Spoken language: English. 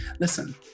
listen